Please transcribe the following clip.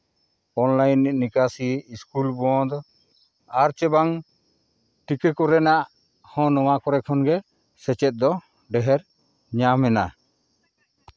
online ᱱᱤᱠᱟᱥᱤ school ᱵᱚᱱᱫᱷ ᱟᱨ ᱪᱮ ᱵᱟᱝ ᱴᱤᱠᱟᱹ ᱠᱚᱨᱮᱱᱟᱜ ᱦᱚᱸ ᱱᱚᱣᱟ ᱠᱚᱨᱮ ᱠᱷᱚᱱ ᱜᱮ ᱥᱮᱪᱮᱫ ᱫᱚ ᱰᱷᱮᱨ ᱧᱟᱢ ᱮᱱᱟ